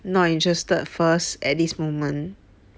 not interested first at this moment